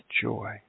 joy